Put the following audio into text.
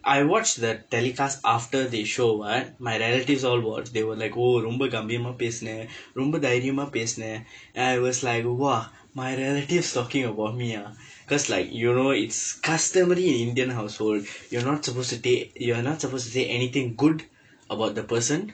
I watched the telecast after they show [what] my relatives all were they were like oh ரொம்ப கம்பீரமா பேசின ரொம்ப தைரியமா பேசின:rompa kampiirama peesina rompa thairiyamaa peesina I was like !wah! my relatives talking about me ah cause like you know its customary in Indian household you're not supposed to date you're not supposed to say anything good about the person